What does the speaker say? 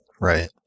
Right